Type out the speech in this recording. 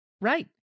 Right